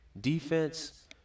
Defense